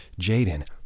Jaden